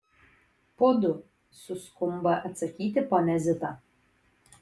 po du suskumba atsakyti ponia zita